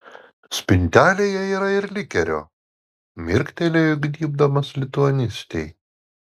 spintelėje yra ir likerio mirktelėjo įgnybdamas lituanistei